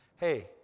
Hey